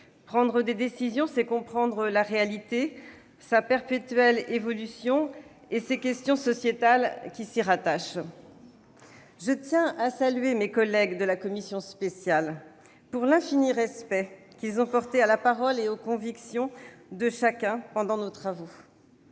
Prendre des décisions, c'est comprendre la réalité, sa perpétuelle évolution et les questions sociétales qui s'y rattachent. Je tiens à saluer mes collègues de la commission spéciale pour l'infini respect qu'ils ont porté à la parole et aux convictions de chacun pendant nos travaux.